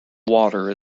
water